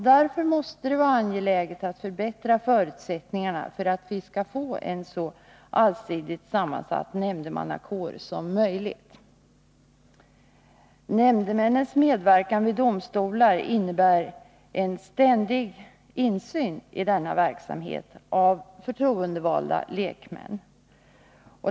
Därför måste det vara angeläget att förbättra förutsättningarna för att vi skall få en så allsidigt sammansatt nämndemannakår som möjligt. Nämndemännens medverkan vid domstolar innebär en ständig insyn i denna verksamhet av förtroendevalda lekmän.